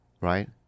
right